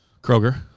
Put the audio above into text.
Kroger